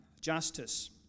justice